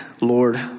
Lord